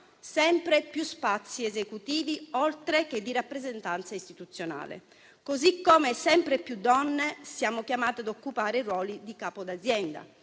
sempre più spazi esecutivi oltre che di rappresentanza istituzionale. Così come sempre più donne sono chiamate ad occupare il ruolo di capo d'azienda.